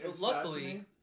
luckily